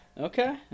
Okay